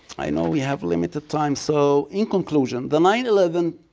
i know we have limited time so in conclusion, the nine eleven,